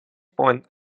point